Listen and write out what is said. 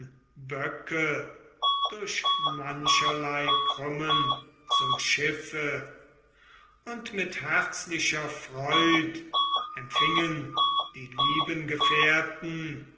böcke durch mancherlei krümmen zum schiffe und mit herzlicher freud empfingen die lieben gefährten